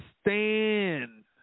stand